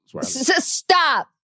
Stop